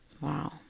Wow